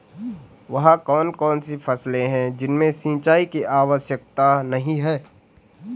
वह कौन कौन सी फसलें हैं जिनमें सिंचाई की आवश्यकता नहीं है?